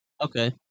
Okay